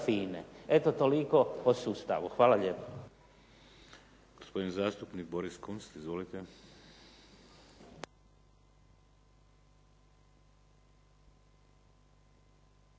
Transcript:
Eto, toliko o sustavu. Hvala lijepo.